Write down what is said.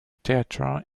theater